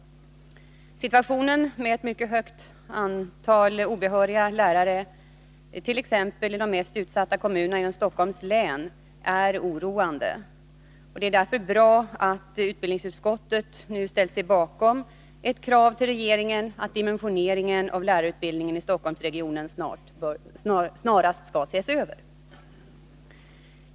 Situationen med ett mycket stort antal obehöriga lärare t.ex. i de mest utsatta kommunerna inom Stockholms län är oroande. Det är därför bra att utbildningsutskottet nu har ställt sig bakom ett krav till regeringen att dimensioneringen av lärarutbildningen i Stockholmsregionen snarast skall ses över.